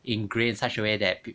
ingrained in such a way that